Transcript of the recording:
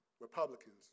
Republicans